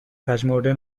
پژمرده